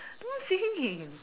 no singing